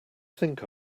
think